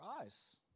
eyes